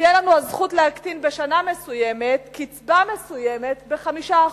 תהיה לנו הזכות להקטין בשנה מסוימת קצבה מסוימת ב-5%,